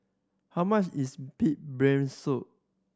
how much is pig brain soup